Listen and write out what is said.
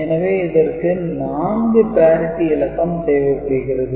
எனவே இதற்கு 4 parity இலக்கம் தேவைப்படுகிறது